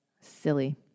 Silly